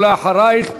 ואחרייך,